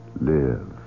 Live